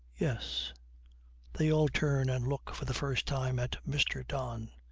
yes they all turn and look for the first time at mr. don.